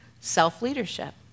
self-leadership